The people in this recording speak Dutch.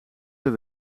per